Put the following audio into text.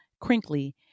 crinkly